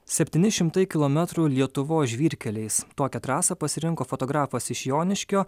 septyni šimtai kilometrų lietuvos žvyrkeliais tokią trasą pasirinko fotografas iš joniškio